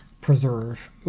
preserve